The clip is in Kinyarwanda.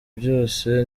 vyose